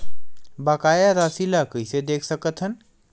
बकाया राशि ला कइसे देख सकत हान?